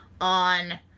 on